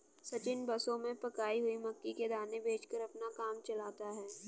सचिन बसों में पकाई हुई मक्की के दाने बेचकर अपना काम चलाता है